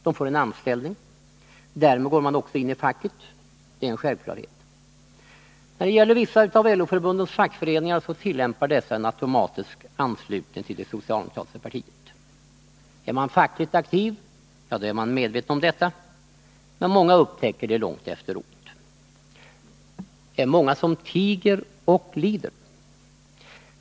De får en anställning, och därmed går de också in i facket — det är en självklarhet. Vissa av LO-förbundens fackföreningar tillämpar en automatisk anslutning till det socialdemokratiska partiet. Är man fackligt aktiv, är man medveten om detta, men många upptäcker det långt efteråt. Det är många som tiger och lider.